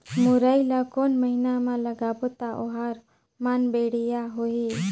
मुरई ला कोन महीना मा लगाबो ता ओहार मान बेडिया होही?